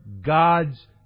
God's